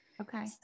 Okay